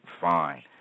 fine